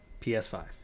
ps5